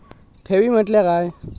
ठेवी म्हटल्या काय?